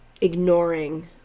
ignoring